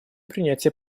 принятие